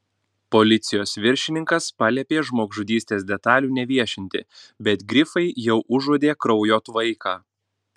policijos viršininkas paliepė žmogžudystės detalių neviešinti bet grifai jau užuodė kraujo tvaiką